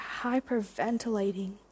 hyperventilating